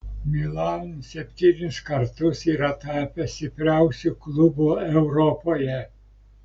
milan septynis kartus yra tapęs stipriausiu klubu europoje